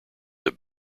have